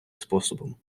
способом